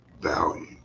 value